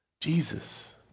Jesus